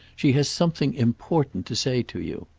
she has something important to say to you.